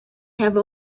have